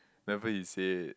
at first he say